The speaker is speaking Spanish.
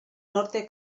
norte